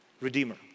Redeemer